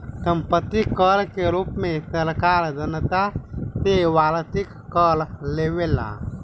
सम्पत्ति कर के रूप में सरकार जनता से वार्षिक कर लेवेले